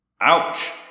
Ouch